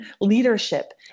leadership